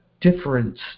difference